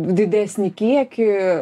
didesnį kiekį